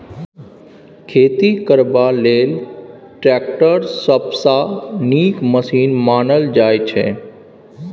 खेती करबा लेल टैक्टर सबसँ नीक मशीन मानल जाइ छै